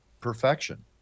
perfection